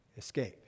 Escape